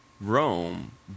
Rome